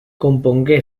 compongué